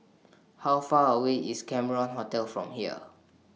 How Far away IS Cameron Hotel from here